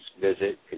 visit